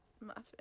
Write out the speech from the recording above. muffin